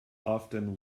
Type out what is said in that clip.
often